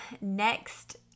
next